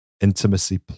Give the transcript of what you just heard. intimacy